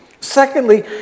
Secondly